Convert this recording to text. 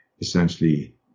essentially